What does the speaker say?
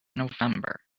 november